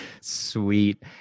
Sweet